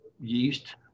yeast